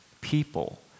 people